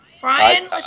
Brian